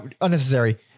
unnecessary